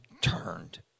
turned